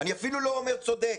אני אפילו לא אומר צודק.